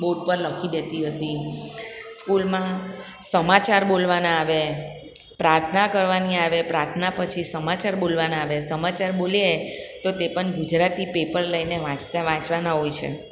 board પર લખી દેતી હતી સ્કૂલમાં સમાચાર બોલવાના આવે પ્રાર્થના કરવાની આવે પ્રાર્થના પછી સમાચાર બોલવાના આવે સમાચાર બોલીએ તો તે પણ ગુજરાતી પેપર લઈને વાંચતાં વાંચવાના હોય છે